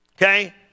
Okay